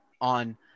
on